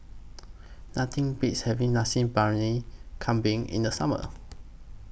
Nothing Beats having Nasi Briyani Kambing in The Summer